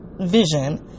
vision